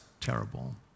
terrible